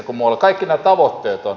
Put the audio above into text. kaikki nämä tavoitteet ovat